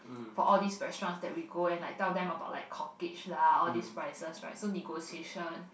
for all these restaurants that we go and tell them about like lah all these prices right so negotiation